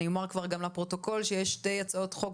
אני אומר גם לפרוטוקול שיש שתי הצעות חוק